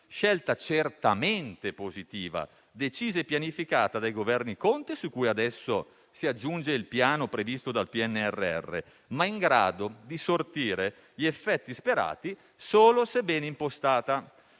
scelta certamente positiva, decisa e pianificata dai Governi Conte, cui adesso si aggiunge il Piano previsto dal PNRR, ma in grado di sortire gli effetti sperati solo se ben impostata.